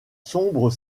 sombres